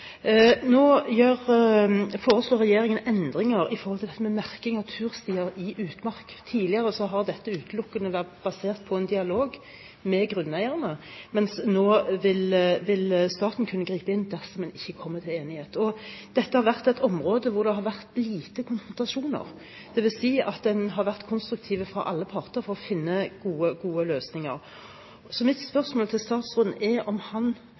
foreslår regjeringen endringer av dette med merking av turstier i utmark. Tidligere har dette utelukkende vært basert på en dialog med grunneierne, mens staten nå vil kunne gripe inn dersom en ikke kommer til enighet. Dette har vært et område hvor det har vært lite konfrontasjoner. Det vil si at en har vært konstruktiv fra alle parter for å finne gode løsninger. Så mitt spørsmål til statsråden er om han